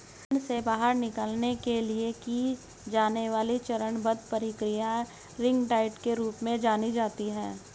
ऋण से बाहर निकलने के लिए की जाने वाली चरणबद्ध प्रक्रिया रिंग डाइट के रूप में जानी जाती है